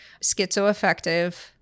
Schizoaffective